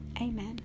amen